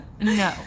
no